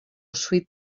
sweet